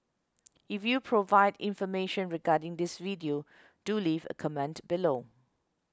if you can provide information regarding this video do leave a comment below